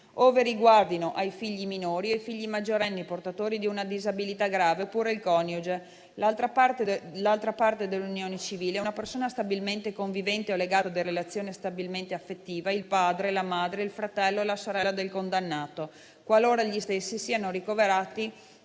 ove riguardino figli minori e figli maggiorenni portatori di una disabilità grave, oppure il coniuge, l'altra parte dell'unione civile e una persona stabilmente convivente o legata da relazione stabilmente affettiva, il padre, la madre, il fratello e la sorella del condannato, qualora gli stessi siano ricoverati